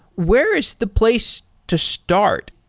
where is the place to start?